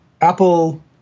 Apple